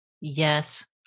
Yes